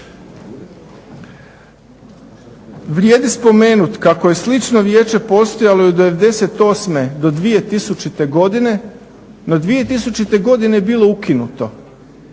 Vrijedi spomenuti kako je slično vijeće postojalo i '98. do 2000. godine, no 2000. godine je bilo ukinuto.